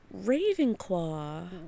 Ravenclaw